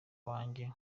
wanjye